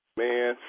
man